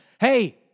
hey